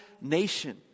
nation